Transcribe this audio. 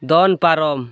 ᱫᱚᱱ ᱯᱟᱨᱚᱢ